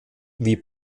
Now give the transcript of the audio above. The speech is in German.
wie